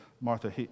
Martha